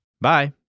Bye